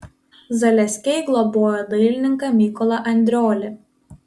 zaleskiai globojo dailininką mykolą andriolį